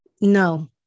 No